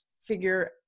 figure